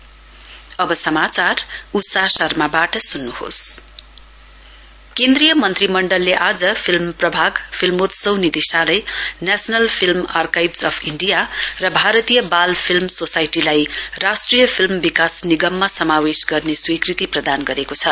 cabinet decision केन्द्रीय मन्त्रीमण्डलले आज फिल्म प्रभाग फिल्मोत्सव निदेशालय national film archives of India र भारतीय बाल फिल्म सोसाइटीलाई राष्ट्रिय फिल्म विकास निगममा समावेश गर्ने स्वीकृति प्रदान गरेको छ